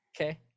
Okay